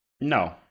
No